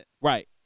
Right